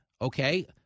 Okay